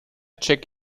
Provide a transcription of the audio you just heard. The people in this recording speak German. check